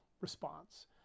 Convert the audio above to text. response